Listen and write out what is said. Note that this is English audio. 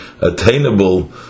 attainable